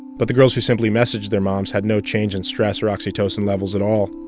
but the girls who simply messaged their moms had no change in stress or oxytocin levels at all.